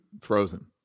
frozen